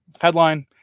Headline